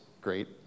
great